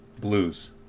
Blues